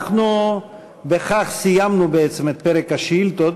בכך סיימנו בעצם את פרק השאילתות,